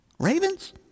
Ravens